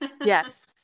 yes